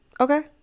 Okay